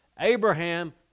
Abraham